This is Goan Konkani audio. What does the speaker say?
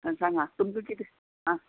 सांगा तुमचो कितें आं